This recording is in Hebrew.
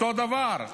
אותו דבר.